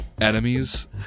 enemies